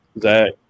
Zach